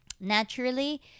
naturally